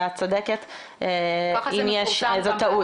ואת צודקת אם יש איזו טעות.